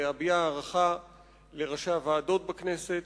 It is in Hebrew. להביע הערכה לראשי הוועדות בכנסת.